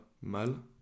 mal